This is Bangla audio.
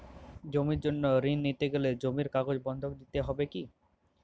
জমির জন্য ঋন নিতে গেলে জমির কাগজ বন্ধক দিতে হবে কি?